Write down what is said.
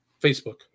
Facebook